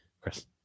Chris